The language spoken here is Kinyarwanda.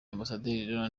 ambasaderi